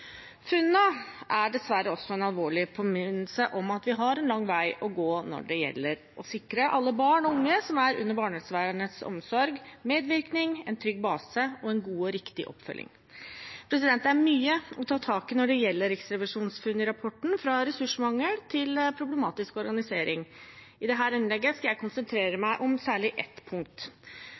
er dessverre også en alvorlig påminnelse om at vi har en lang vei å gå når det gjelder å sikre alle barn og unge som er under barnevernets omsorg, medvirkning, en trygg base og en god og riktig oppfølging. Det er mye å ta tak i når det gjelder funnene i riksrevisjonsrapporten – fra ressursmangel til problematisk organisering. I dette innlegget skal jeg konsentrere meg om særlig ett punkt.